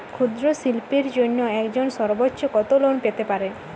ক্ষুদ্রশিল্পের জন্য একজন সর্বোচ্চ কত লোন পেতে পারে?